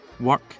work